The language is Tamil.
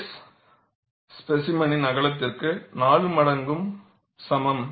S ஸ்பேசிமென்யின் அகலத்திற்கு 4 மடங்கு சமம்